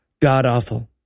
godawful